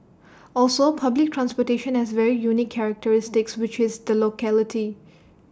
also public transportation has very unique characteristics which is the locality